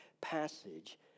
passage